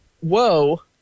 whoa